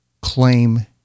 claim